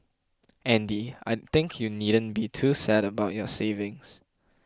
Andy I think you needn't be too sad about your savings